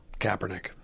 Kaepernick